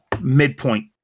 midpoint